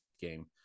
game